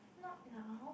not now